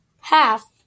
Half